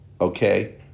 okay